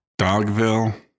Dogville